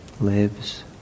lives